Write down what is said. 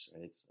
right